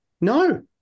No